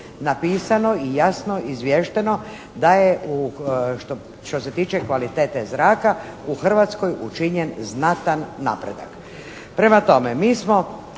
napisano i jasno izviješteno da je što se tiče kvalitete zraka u Hrvatskoj učinjen znatan napredak. Prema tome, mi smo